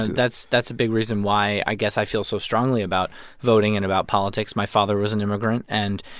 and that's that's a big reason why, i guess, i feel so strongly about voting and about politics. my father was an immigrant, and,